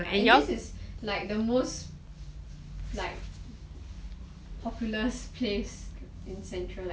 and this is like the most like populest place in central